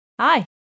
Hi